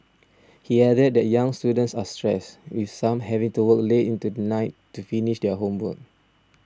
he added that young students are stressed with some having to work late into the night to finish their homework